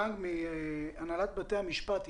הנהלת בתי משפט,